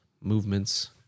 movements